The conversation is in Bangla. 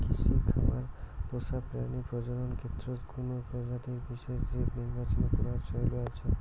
কৃষি খামার পোষা প্রাণীর প্রজনন ক্ষেত্রত কুনো প্রজাতির বিশেষ জীব নির্বাচন করার চৈল আছে